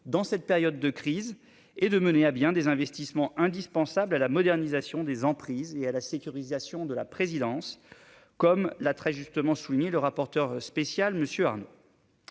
dans cette période de crise, et de mener à bien des investissements indispensables à la modernisation des emprises et à la sécurisation de la présidence, comme l'a très justement souligné le rapporteur spécial M. Arnaud.